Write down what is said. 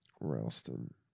Ralston